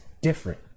different